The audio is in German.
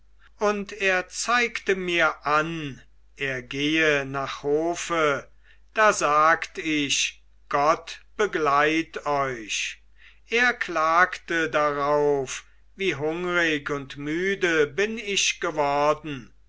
und er zeigte mir an er gehe nach hofe da sagt ich gott begleit euch er klagte darauf wie hungrig und müde bin ich geworden